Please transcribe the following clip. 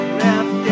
left